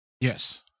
Yes